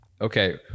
okay